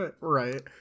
Right